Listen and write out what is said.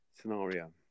scenario